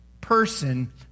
person